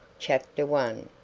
chapter one.